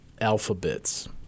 Alphabets